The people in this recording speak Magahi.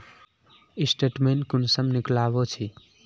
स्टेटमेंट कुंसम निकलाबो छी?